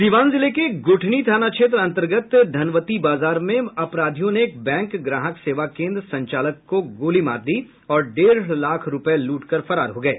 सीवान जिले के गूठनी थाना क्षेत्र अंतर्गत धनवती बाजार में अपराधियों ने एक बैंक ग्राहक सेवा केन्द्र संचालक को गोली मार दी और डेढ़ लाख रूपये लूटकर फरार हो गये